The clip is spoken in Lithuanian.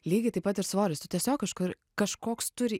lygiai taip pat ir svoris tu tiesiog kažkur kažkoks turi